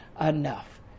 enough